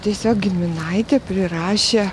tiesiog giminaitė prirašė